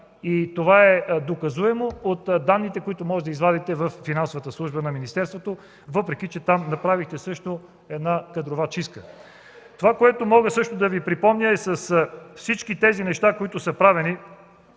и това е доказуемо от данните, които може да извадите във Финансовата служба на министерството, въпреки че там направихте също една кадрова чистка. Мога да Ви припомня, че с всички тези неща, които са правени